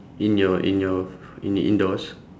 in your in your in your indoors